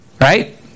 Right